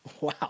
Wow